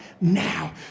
now